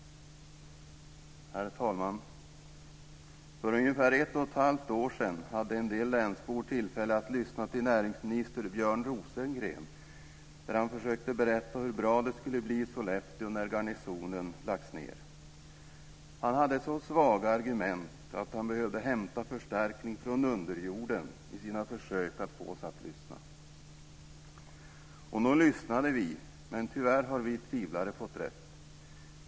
Herr talman! För ungefär ett och ett halvt år sedan hade en del länsbor tillfälle att lyssna till näringsminister Björn Rosengren när han försökte berätta hur bra det skulle bli i Sollefteå när garnisonen lagts ned. Han hade så svaga argument att han behövde hämta förstärkning från underjorden i sina försök att få oss att lyssna. Och visst lyssnade vi, men tyvärr har vi tvivlare fått rätt.